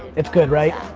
it's good, right?